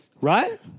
right